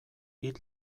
hil